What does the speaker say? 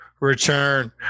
Return